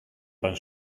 pan